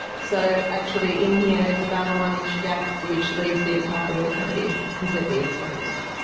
so actually in here is about a one-inch gap which leaves the entire wall cavity completely exposed,